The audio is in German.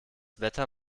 wetter